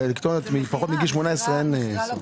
חבר הכנסת חמד עמאר.